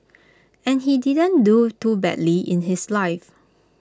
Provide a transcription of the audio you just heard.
and he didn't do too badly in his life